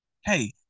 hey